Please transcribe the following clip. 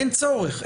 אין צורך,